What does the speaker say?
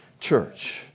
church